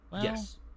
Yes